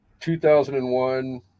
2001